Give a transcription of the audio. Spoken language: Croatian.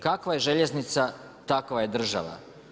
Kakva je željeznica, takva je država.